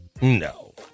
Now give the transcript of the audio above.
No